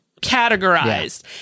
categorized